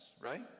right